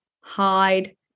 hide